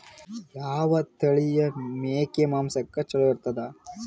ಯಾವ ತಳಿಯ ಮೇಕಿ ಮಾಂಸಕ್ಕ ಚಲೋ ಇರ್ತದ?